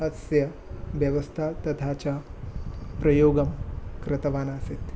अस्य व्यवस्था तथा च प्रयोगं कृतवानासीत्